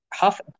Half